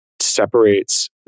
separates